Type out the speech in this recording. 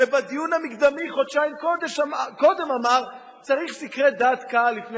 שבדיון המקדמי חודשיים קודם אמר שצריך סקרי דעת לפני